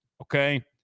okay